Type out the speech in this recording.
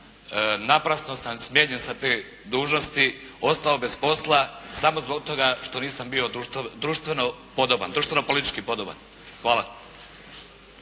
naprasno sam smijenjen sa te dužnosti. Ostao bez posla samo zbog toga što nisam bio društveno podoban,